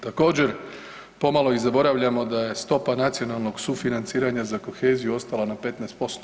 Također pomalo i zaboravljamo da je stopa nacionalnog sufinanciranja za koheziju ostala na 15%